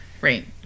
Right